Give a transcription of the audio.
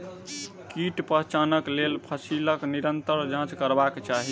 कीट पहचानक लेल फसीलक निरंतर जांच करबाक चाही